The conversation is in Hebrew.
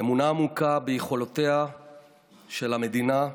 אמונה עמוקה ביכולותיה של המדינה,